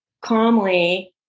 calmly